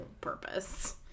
purpose